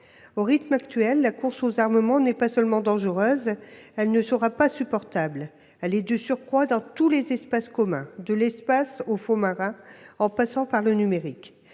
Au rythme actuel, la course aux armements n'est pas seulement dangereuse : elle ne sera pas supportable. Elle touche de surcroît tous les espaces communs, de l'espace aux fonds marins en passant par le numérique.